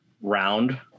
round